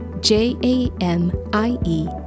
J-A-M-I-E